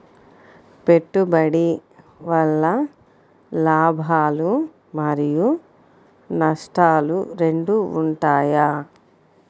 పెట్టుబడి వల్ల లాభాలు మరియు నష్టాలు రెండు ఉంటాయా?